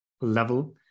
level